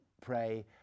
pray